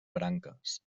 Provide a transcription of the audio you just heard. branques